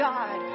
God